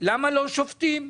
למה לא שופטים,